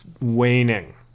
waning